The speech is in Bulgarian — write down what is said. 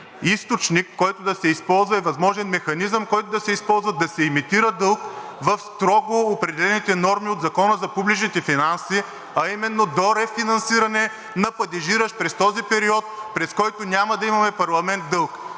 източник, който да се използва като възможен механизъм, който да се използва да се емитира дълг в строго определените норми от Закона за публичните финанси, а именно до размера на рефинансиране на падежиращ през този период, през който няма да имаме парламент, дълг.